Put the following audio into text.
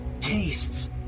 tastes